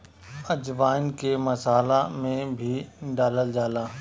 अजवाईन के मसाला में भी डालल जाला